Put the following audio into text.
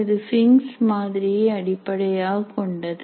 இது பிங்ஸ் மாதிரியை அடிப்படையாகக் கொண்டது